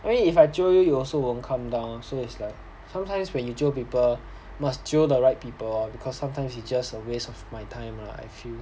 I mean if I jio you you also won't come down so it's like sometimes when you jio people must jio the right people because sometimes it's just a waste of my time like I feel